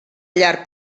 llar